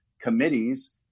committees